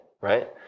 right